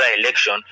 election